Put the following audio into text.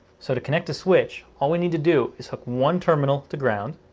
so to connect the switch, all we need to do is hook one terminal to ground,